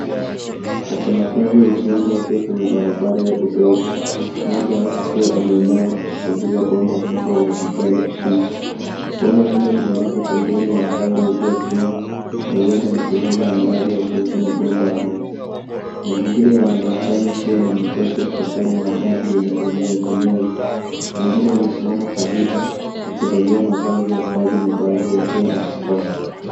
Wafanyakazi wa ujenzi wakiwa kwenye barabara ya udongo, mmoja akiwa ameinama akichunguza bomba kubwa la kijani kibichi. Bomba hilo limewekwa pembeni ya mtaro uliochimbwa na huenda ni sehemu ya mradi wa kueka mabomba ya maji. Mazingira yanaonekana kuwa na matope kutokana na ardhi yenye unyevunyevu. Wengine wamesimama karibu wakivalia mavazi ya kazi na baadhi wakiwa na vifaa.